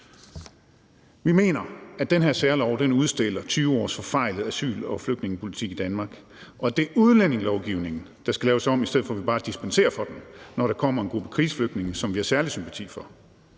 Vi mener, at den her særlov udstiller 20 års forfejlet asyl- og flygtningepolitik i Danmark, og at det er udlændingelovgivningen, der skal laves om, i stedet for at vi bare dispenserer fra den, når der kommer en gruppe krigsflygtninge, som vi har særlig sympati for.